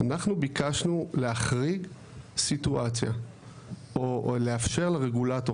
אנחנו ביקשנו להחריג סיטואציה או לאפשר לרגולטור